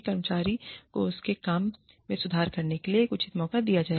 कर्मचारी को उसके काम में सुधार करने के लिए एक उचित मौका दिया जाएगा